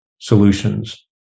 solutions